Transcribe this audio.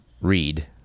read